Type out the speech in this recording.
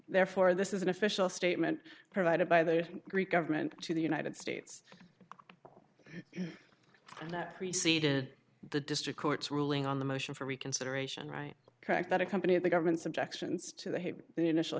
therefore this is an official statement provided by the greek government to the united states that preceded the district court's ruling on the motion for reconsideration right track that a company of the government's objections to the had the initial